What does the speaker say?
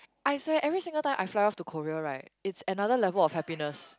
I swear every single time I fly off to Korea right it's another level of happiness